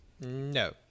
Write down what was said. No